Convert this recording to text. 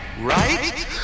Right